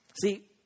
See